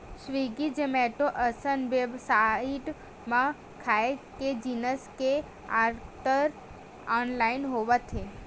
Swiggy, Zomato असन website म खाए के जिनिस के आरडर ऑनलाइन होवत हे